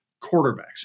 quarterbacks